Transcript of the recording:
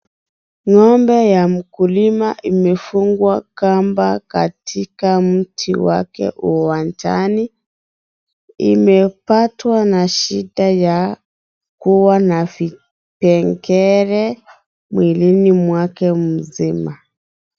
Ng'ombe ya mkulima, imefungwa kamba katika mti wake uwanjani. Imepatwa na shida ya kuwa na vipengele mwilini mwake mzima.